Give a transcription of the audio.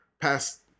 Past